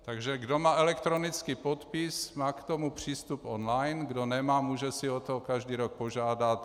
Takže kdo má elektronický podpis, má k tomu přístup online, kdo nemá, může si o to každý rok požádat.